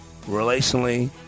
relationally